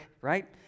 right